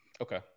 okay